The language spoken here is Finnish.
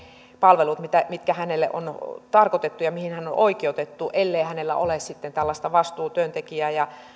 palvelut mitkä mitkä hänelle on tarkoitettu ja mihin hän on on oikeutettu ellei hänellä ole sitten tällaista vastuutyöntekijää